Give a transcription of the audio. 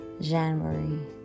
january